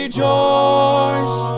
Rejoice